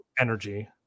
energy